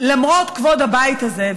למרות כבוד הבית הזה,